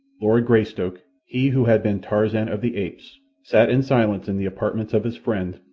lord greystoke he who had been tarzan of the apes sat in silence in the apartments of his friend,